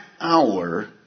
hour